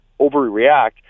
overreact